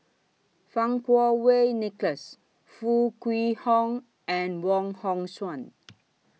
Fang Kuo Wei Nicholas Foo Kwee Horng and Wong Hong Suen